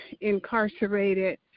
incarcerated